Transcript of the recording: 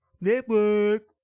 Network